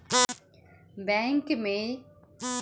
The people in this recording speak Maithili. बैंक में जा के नागरिक अपन खाता में नकद जमा करा सकैत अछि